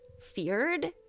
feared